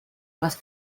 más